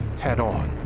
head on.